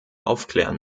aufklären